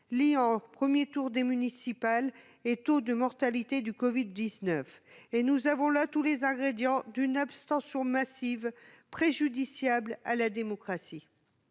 liant premier tour des élections municipales et taux de mortalité du Covid-19, et nous avons là tous les ingrédients d'une abstention massive, préjudiciable à la démocratie.